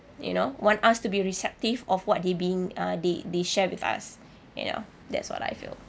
you know want us to be receptive of what they being uh they they share with us you know that's what I feel